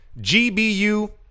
GBU